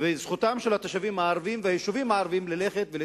זכותם של התושבים הערבים והיישובים הערביים ללכת ולהתפתח.